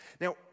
Now